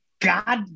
God